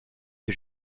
que